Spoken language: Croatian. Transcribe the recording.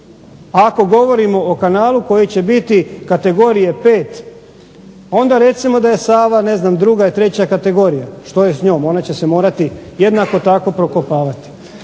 Ako govorimo o kanalu koji će biti kategorije pet onda recimo da je Sava ne znam druga i treća kategorija. Što je s njom? Ona će se morati jednako tako prokopavati.